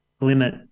limit